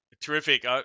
Terrific